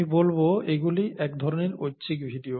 আমি বলব এগুলি এক ধরনের ঐচ্ছিক ভিডিও